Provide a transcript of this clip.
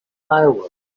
fireworks